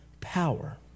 power